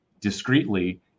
discreetly